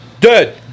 Dead